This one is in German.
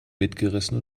mitgerissen